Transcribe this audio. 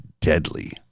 deadly